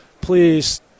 please